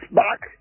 back